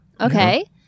Okay